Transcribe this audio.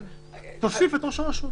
תוסיף את ראש הרשות.